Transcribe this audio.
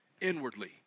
Inwardly